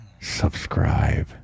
Subscribe